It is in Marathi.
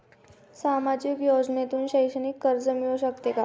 सामाजिक योजनेतून शैक्षणिक कर्ज मिळू शकते का?